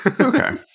Okay